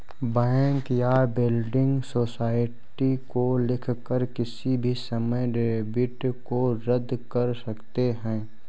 bank या building society को लिखकर किसी भी समय डेबिट को रद्द कर सकते हैं